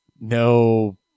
no